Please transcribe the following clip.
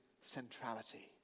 centrality